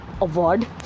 award